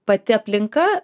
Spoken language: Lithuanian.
pati aplinka